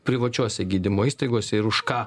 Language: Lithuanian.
privačiose gydymo įstaigose ir už ką